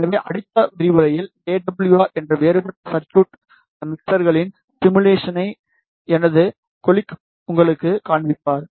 எனவே அடுத்த விரிவுரையில் எ டபுள்யூ ஆர் என்ற வேறுபட்ட சாப்ட்வேர் மிக்சர்களின் சிமுலேஷனை எனது கொலிக் உங்களுக்குக் காண்பிப்பார்